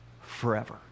forever